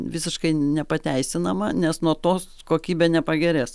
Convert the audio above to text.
visiškai nepateisinama nes nuo tos kokybė nepagerės